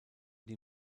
die